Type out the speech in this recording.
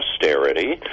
austerity